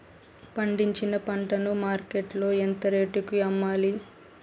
పండించిన పంట ను మార్కెట్ లో ఎంత రేటుకి అమ్మాలి?